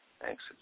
Thanks